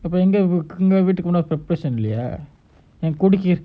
இப்பஎங்கவீட்டுக்குமுன்னாடி:ipa enka veetuku munnadi reputation இல்லையா:illayaa